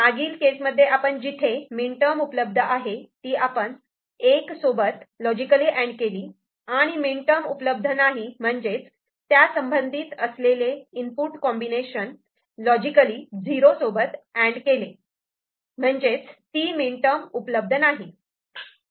मागील केसमध्ये आपण जिथे मिनटर्म उपलब्ध आहे ती आपण '1' सोबत लॉजिकली अँड केली आणि मिनटर्म उपलब्ध नाही म्हणजेच त्या संबंधित असलेले इनपुट कॉम्बिनेशन लॉजिकली '0' सोबत अँड केले म्हणजे ती मिनटर्म उपलब्ध नाही